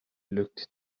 looked